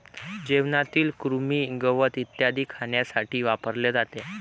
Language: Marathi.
जेवणातील कृमी, गवत इत्यादी खाण्यासाठी वापरले जाते